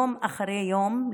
יום אחרי יום,